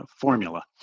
formula